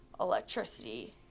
electricity